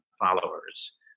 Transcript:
followers